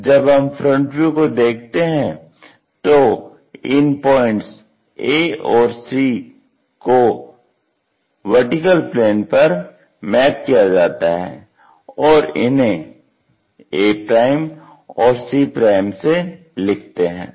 जब हम front view को देखते हैं तो इन पॉइंट्स a और c को VP पर मैप किया जाता है और इन्हे a और c से लिखते हैं